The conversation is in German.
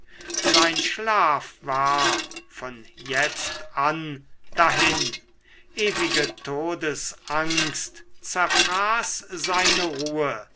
sein schlaf war von jetzt an dahin ewige todesangst zerfraß seine ruhe